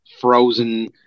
frozen